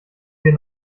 wir